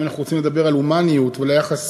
אם אנחנו רוצים לדבר על הומניות ועל היחס